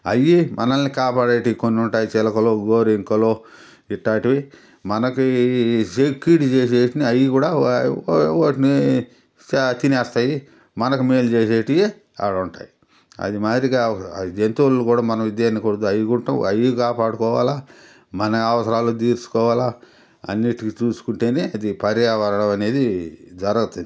అయి మనల్ని కాపాడేటివి కొన్ని ఉంటాయి చిలకలు గోరింకలు ఇట్టాంటివి మనకి కీడు చేసేటివి అవి కూడా వాటిని తినేస్తాయి మనకి మేలు చేసేటివి ఆడవుంటాయి అది జంతువులున్ని కూడా మనం ఇది అవి కాపాడుకోవాలీ మన అవసరాలు తీర్చుకోవాలి అన్నిటిని చూసుకుంటేనే అది పర్యావరణం అనేది జరుగతుంది